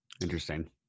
Interesting